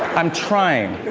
i'm trying.